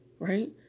right